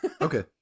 Okay